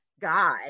guy